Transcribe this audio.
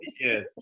Yes